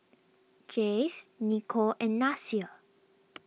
Jase Niko and Nasir